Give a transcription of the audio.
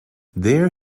there